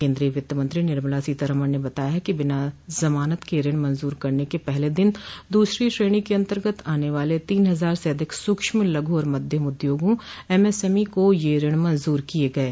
केंद्रीय वित्त मंत्री निर्मला सीतारामन ने बताया है कि बिना जमानत के ऋण मंजूर करने के पहले दिन दूसरी श्रेणी के अंतर्गत आने वाले तीन हजार से अधिक सूक्ष्म लघु और मध्यम उद्योगों एम एसएमई को ये ऋण मंजूर किये गये